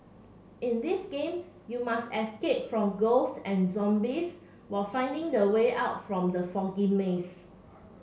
in this game you must escape from ghost and zombies while finding the way out from the foggy maze